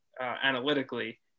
analytically